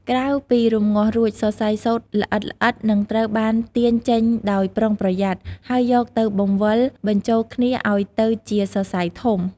ក្រោយពីរំងាស់រួច សរសៃសូត្រល្អិតៗនឹងត្រូវបានទាញចេញដោយប្រុងប្រយ័ត្ន ហើយយកទៅបង្វិលបញ្ចូលគ្នាឲ្យទៅជាសរសៃធំ។